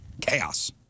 Chaos